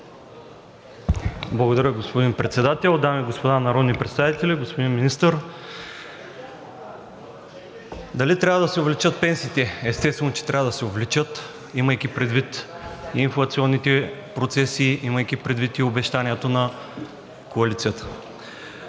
Благодаря, господин Председател. Дами и господа народни представители, господин Министър! Дали трябва да се увеличат пенсиите? Естествено, че трябва да се увеличат, имайки предвид инфлационните процеси, имайки предвид и обещанията на Коалицията.